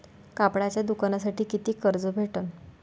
कापडाच्या दुकानासाठी कितीक कर्ज भेटन?